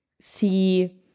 see